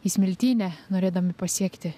į smiltynę norėdami pasiekti